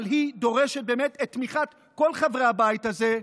אבל היא דורשת את תמיכת כל חברי הבית הזה.